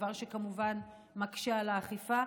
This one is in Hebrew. דבר שכמובן מקשה על האכיפה.